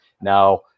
Now